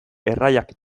erraiak